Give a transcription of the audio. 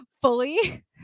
Fully